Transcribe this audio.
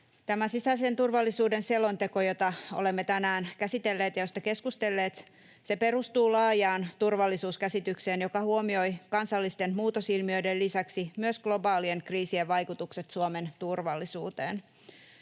Tämä sisäisen turvallisuuden selonteko, jota olemme tänään käsitelleet ja josta keskustelleet, perustuu laajaan turvallisuuskäsitykseen, joka huomioi kansallisten muutosilmiöiden lisäksi myös globaalien kriisien vaikutukset Suomen turvallisuuteen.